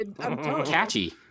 catchy